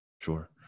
sure